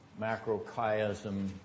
macrochiasm